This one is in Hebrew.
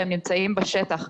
והם נמצאים בשטח.